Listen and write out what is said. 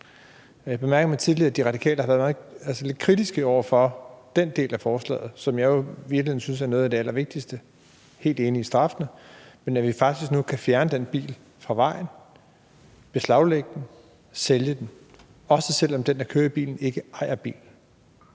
har bemærket tidligere, at De Radikale har været lidt kritiske over for den del af forslaget, som jeg jo i virkeligheden synes er noget af det allervigtigste. Jeg er helt enig i straffene – at vi nu faktisk kan fjerne den bil fra vejen, beslaglægge den og sælge den, også selv om den, der kører bilen, ikke ejer bilen.